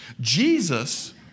Jesus